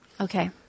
Okay